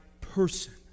person